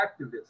activists